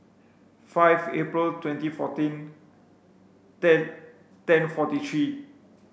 five April twenty fourteen ten ten forty three